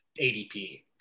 ADP